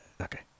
Okay